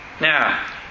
Now